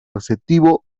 receptivo